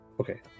Okay